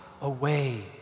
away